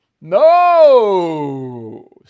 No